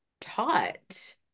taught